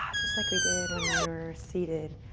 ah just like we did when we were seated.